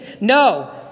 No